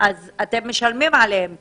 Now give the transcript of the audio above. אז אתם משלמים עליהן כסף.